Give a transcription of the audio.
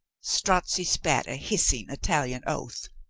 strozzi spat a hissing italian oath.